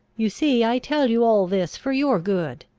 you see i tell you all this for your good.